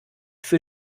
für